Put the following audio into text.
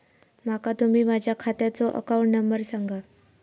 माका तुम्ही माझ्या खात्याचो अकाउंट नंबर सांगा?